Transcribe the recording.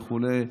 וכו'.